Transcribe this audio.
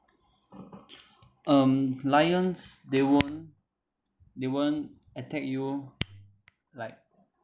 um lions they won't they won't attack you like